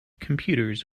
computers